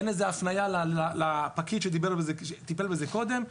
אין הפנייה לפקיד שטיפל בזה קודם.